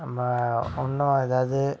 நம்ம ஒன்றும் அதாவது